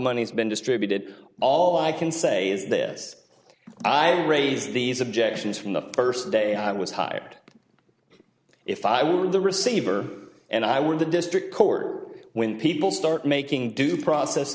money has been distributed all i can say is this i raised these objections from the first day i was hired if i were the receiver and i were the district court when people start making due process